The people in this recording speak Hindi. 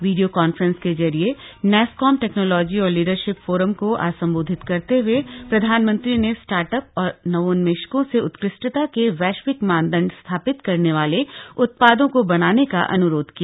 वीडियो कांफ्रेंस के जरिए नैसकॉम टैक्नोलॉजी और लीडरशिप फोरम को आज संबोधित करते हए प्रधानमंत्री ने स्टार्टअप और नवोन्मेषकों से उत्कृष्टता के वैश्विक मानदंड स्थापित करने वाले उत्पादों को बनाने का अन्रोध किया